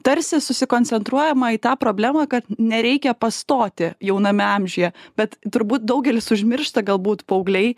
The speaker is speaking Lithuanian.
tarsi susikoncentruojama į tą problemą kad nereikia pastoti jauname amžiuje bet turbūt daugelis užmiršta galbūt paaugliai